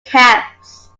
caps